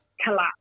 collapse